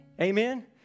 Amen